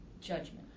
Judgment